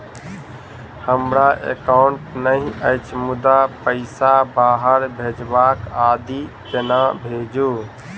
हमरा एकाउन्ट नहि अछि मुदा पैसा बाहर भेजबाक आदि केना भेजू?